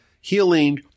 healing